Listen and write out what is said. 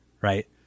right